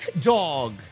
Dog